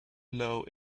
low